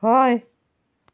हय